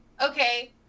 okay